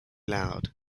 loud